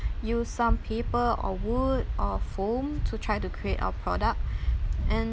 use some paper or wood or foam to try to create our product and